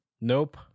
Nope